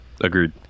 agreed